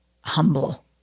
humble